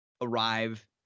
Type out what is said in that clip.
arrive